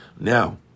Now